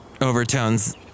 Overtones